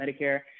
Medicare